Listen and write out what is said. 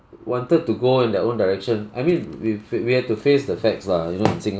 wanted to go in their own direction I mean we we we had face the facts lah you know in singapore